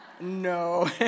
no